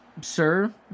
sir